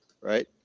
right